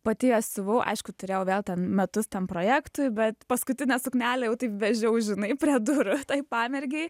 pati jas siuvau aišku turėjau vėl ten metus ten projektui bet paskutinę suknelę jau taip vežiau žinai prie durų tai pamergei